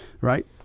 Right